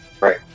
Right